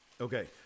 Okay